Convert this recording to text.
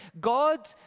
God